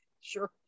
Sure